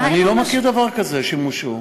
אני לא מכיר דבר כזה שהם הושעו.